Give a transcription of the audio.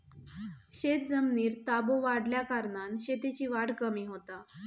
शेतजमिनीर ताबो वाढल्याकारणान शेतीची वाढ कमी होता